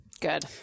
Good